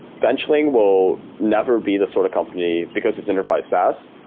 benchling will never be the sort of company, because this enterprise saas,